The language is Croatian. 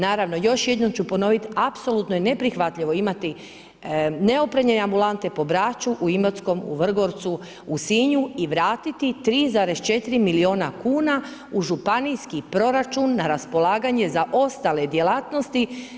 Naravno još jednom ću ponoviti, apsolutno je neprihvatljivo imati neopremljene ambulante po Braču, u Imotskom, u Vrgorcu, u Sinju i vratiti 3,4 milijuna kuna u županijski proračun na raspolaganje za ostale djelatnosti.